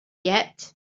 yet